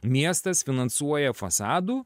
miestas finansuoja fasadų